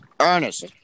Ernest